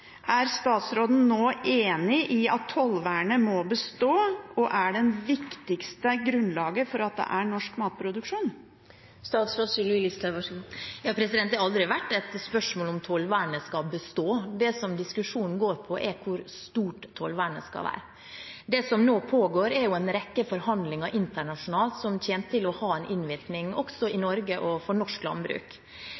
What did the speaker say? Er statsråden nå enig i at tollvernet må bestå, og at det er det viktigste grunnlaget for at det er norsk matproduksjon? Det har aldri vært et spørsmål om tollvernet skal bestå. Det diskusjonen går på, er hvor stort tollvernet skal være. Nå pågår det en rekke forhandlinger internasjonalt, som kommer til å ha en innvirkning også i Norge og for norsk landbruk.